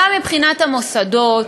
גם מבחינת המוסדות,